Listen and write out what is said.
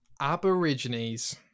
aborigines